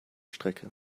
strecke